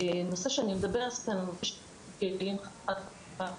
הנושא שאני מדברת כאן הוא הנושא של כלים חד פעמיים